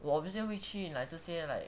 我 obviously 会去 like 这些 like